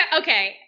Okay